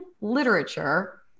literature